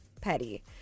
petty